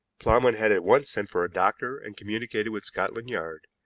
plowman had at once sent for a doctor and communicated with scotland yard.